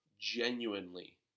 genuinely